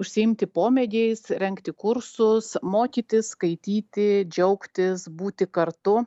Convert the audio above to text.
užsiimti pomėgiais rengti kursus mokytis skaityti džiaugtis būti kartu